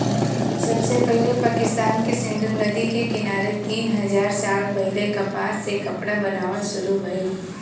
सबसे पहिले पाकिस्तान के सिंधु नदी के किनारे तीन हजार साल पहिले कपास से कपड़ा बनावल शुरू भइल